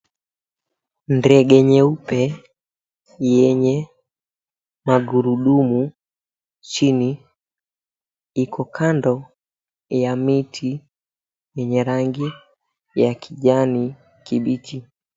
Ndege nyeupe yenye magurudumu chini iko kando ya miti yenye rangi ya kijani kibichi.